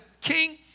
king